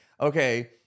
okay